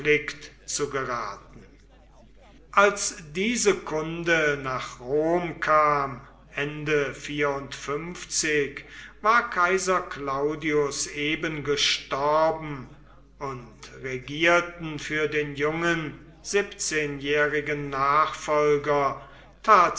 wird kiepert als diese kunde nach rom kam war kaiser claudius eben gestorben und regierten für den jungen siebzehnjährigen nachfolger